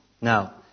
now